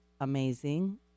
amazing